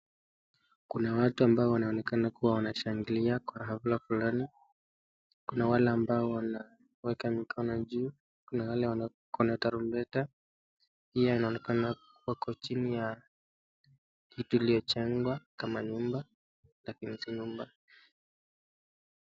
Kuna watu wanaonekana kuwa wanashangilia kwa hafla fulani, kuna wale ambao waneka mikono juu , kuna wale nako na tarumbeta , pia inaonekana wako chini ya kivuli cha nyumba , lakini si nyumba.